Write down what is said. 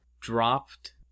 dropped